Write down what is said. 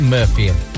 Murphy